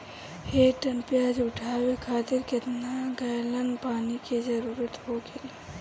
एक टन प्याज उठावे खातिर केतना गैलन पानी के जरूरत होखेला?